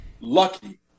lucky